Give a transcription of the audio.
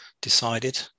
decided